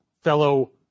fellow